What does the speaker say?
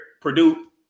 Purdue